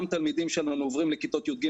גם תלמידים שלנו עוברים לכיתות י"ג,